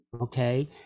Okay